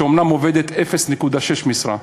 שאומנם עובדת 0.6 משרה,